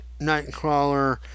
Nightcrawler